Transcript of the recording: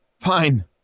Fine